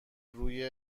روی